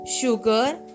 sugar